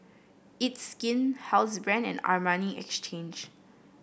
It's Skin Housebrand and Armani Exchange